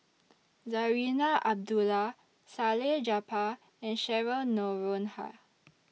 Zarinah Abdullah Salleh Japar and Cheryl Noronha